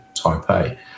Taipei